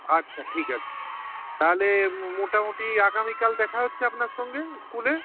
আচ্ছা ঠিক আছে তাহলে মোটামুটি আগামীকাল দেখা হচ্ছে আপনার সঙ্গে স্কুলে